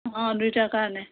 অঁ দুইটাৰ কাৰণে